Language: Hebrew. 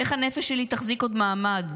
איך הנפש שלי תחזיק עוד מעמד?